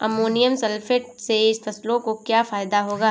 Ammonium sulphate से फसलों को क्या फायदा होगा?